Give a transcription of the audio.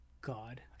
God